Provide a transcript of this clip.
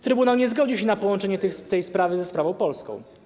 Trybunał nie zgodził się na połączenie tej sprawy ze sprawą polską.